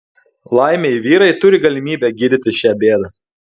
laimei vyrai turi galimybę gydytis šią bėdą